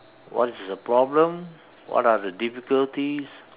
what is the problem what are the difficulties